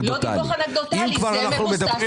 אם אנחנו מדברים